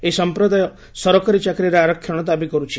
ଏହି ସଂପ୍ରଦାୟ ସରକାରୀ ଚାକିରିରେ ଆରକ୍ଷଣ ଦାବି କରୁଛି